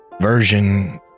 version